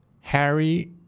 Harry